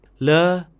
Le